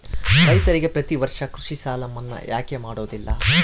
ರೈತರಿಗೆ ಪ್ರತಿ ವರ್ಷ ಕೃಷಿ ಸಾಲ ಮನ್ನಾ ಯಾಕೆ ಮಾಡೋದಿಲ್ಲ?